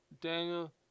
Daniel